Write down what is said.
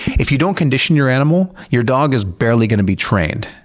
if you don't condition your animal, your dog is barely going to be trained.